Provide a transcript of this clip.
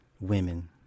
women